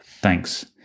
Thanks